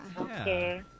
Okay